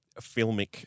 filmic